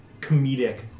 comedic